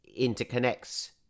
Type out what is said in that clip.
interconnects